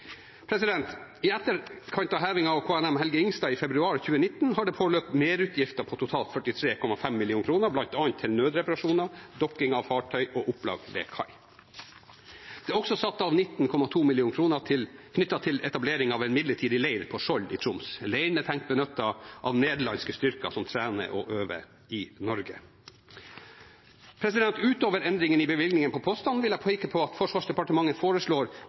I etterkant av hevingen av KNM «Helge Ingstad» i februar 2019 har det påløpt merutgifter på totalt 43,5 mill. kr, bl.a. til nødreparasjoner, dokking av fartøy og opplag ved kai. Det er også satt av 19,2 mill. kr knyttet til etablering av en midlertidig leir på Skjold i Troms. Leiren er tenkt benyttet av nederlandske styrker som trener og øver i Norge. Utover endringene i bevilgningene på postene vil jeg peke på at Forsvarsdepartementet foreslår